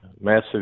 massive